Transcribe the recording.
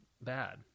Bad